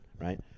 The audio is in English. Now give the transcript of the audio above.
Right